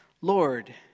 Lord